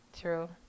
true